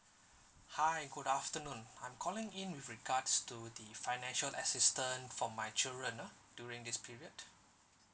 hi good afternoon I'm calling in with regards to the financial assistance for my children ah during this period